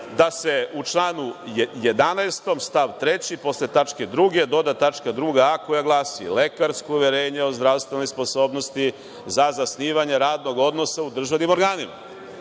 da se u članu 11. stav 3. posle tačke 2) doda tačka 2a) koja glasi – lekarsko uverenje o zdravstvenoj sposobnosti za zasnivanje radnog odnosa u državnim organima.